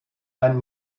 ein